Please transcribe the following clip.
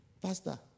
Pastor